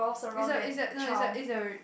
it's a it's a no it's a it's a